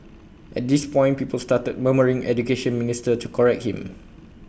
at this point people started murmuring Education Minister to correct him